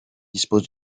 dispose